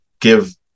give